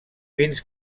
pins